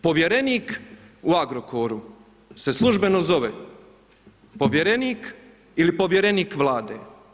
Povjerenik u Agrokoru se službeno zove povjerenik ili povjerenik Vlade.